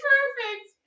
Perfect